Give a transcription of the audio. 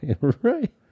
Right